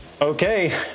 Okay